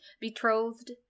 betrothed